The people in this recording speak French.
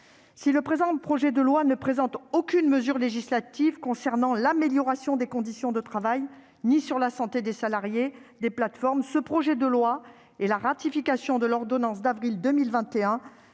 Si le présent projet de loi ne présente aucune mesure législative concernant l'amélioration des conditions de travail, pas plus que sur la santé des salariés des plateformes, il permettra, avec la ratification de l'ordonnance d'avril 2021,